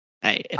Hey